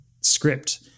script